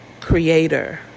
creator